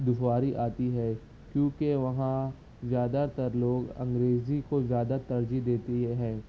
دشواری آتی ہے کیونکہ وہاں زیادہ تر لوگ انگریزی کو زیادہ ترجیح دیتی ہے